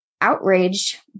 outraged